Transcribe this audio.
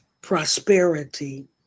prosperity